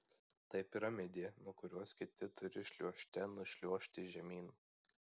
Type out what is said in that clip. tai piramidė nuo kurios kiti turi šliuožte nušliuožti žemyn